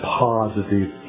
positive